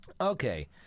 Okay